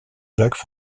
jacques